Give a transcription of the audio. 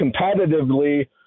competitively